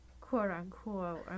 quote-unquote